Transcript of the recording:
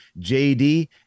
jd